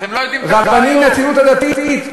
רבנים בציונות הדתית.